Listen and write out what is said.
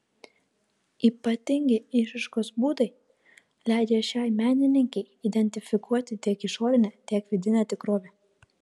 ypatingi išraiškos būdai leidžia šiai menininkei identifikuoti tiek išorinę tiek vidinę tikrovę